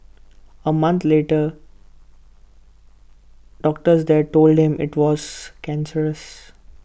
A month later doctors there told him IT was cancerous